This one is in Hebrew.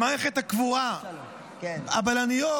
במערכת הקבורה, הבלניות,